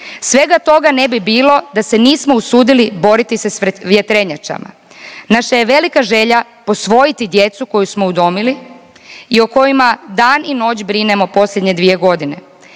Svega toga ne bi bilo da se nismo usudili boriti se sa vjetrenjačama. Naša je velika želja posvojiti djecu koju smo udomili i o kojima dan i noć brinemo posljednje dvije godine.